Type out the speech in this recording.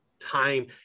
time